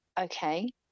Okay